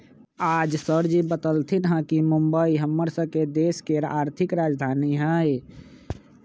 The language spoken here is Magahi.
आज सरजी बतलथिन ह कि मुंबई हम्मर स के देश के आर्थिक राजधानी हई